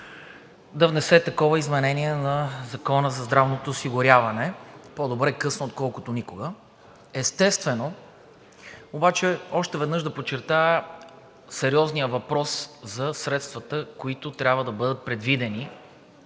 да внесе такова изменение на Закона за здравното осигуряване. По добре късно, отколкото никога. Още веднъж да подчертая сериозния въпрос за средствата, които трябва да бъдат предвидени,